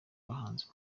abahanzi